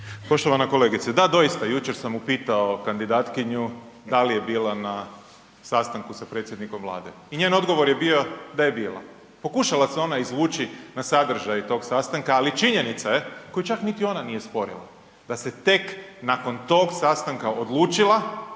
Poštovana kolegice, da doista, jučer sam upitao kandidatkinju da li je bila na sastanku sa predsjednikom Vlade i njen odgovor je bio da je bila. Pokušala se ona izvući na sadržaj tog sastanka, ali činjenica je koju čak niti ona nije sporila da se tek nakon tog sastanka odlučila